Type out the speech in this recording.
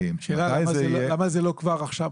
למה זה לא כבר עכשיו?